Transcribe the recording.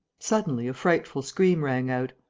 suddenly, a frightful scream rang out.